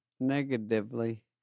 Negatively